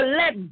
let